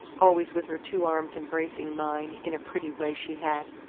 always with her two arms embracing mine in a pretty way she had.